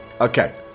Okay